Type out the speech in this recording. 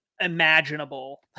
imaginable